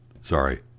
Sorry